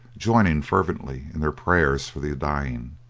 joining fervently in their prayers for the dying.